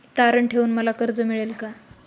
तारण ठेवून मला कर्ज मिळेल का?